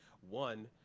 one –